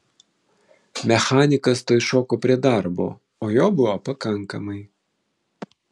mechanikas tuoj šoko prie darbo o jo buvo pakankamai